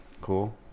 cool